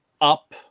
up